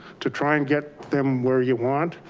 to try and get them where you want.